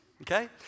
okay